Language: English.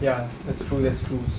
ya that's true that's true